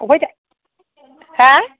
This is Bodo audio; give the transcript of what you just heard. बबेहाय हा